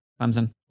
Clemson